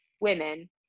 women